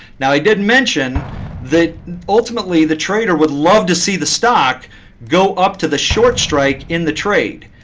now i didn't mention that ultimately, the trader would love to see the stock go up to the short strike in the trade.